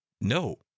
no